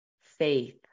faith